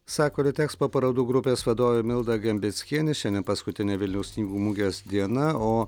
sako litekspo parodų grupės vadovė milda gembickienė šiandien paskutinę vilniaus knygų mugės diena o